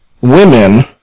women